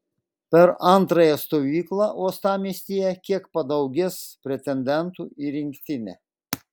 per antrąją stovyklą uostamiestyje kiek padaugės pretendentų į rinktinę